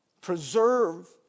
preserve